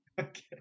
okay